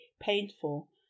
painful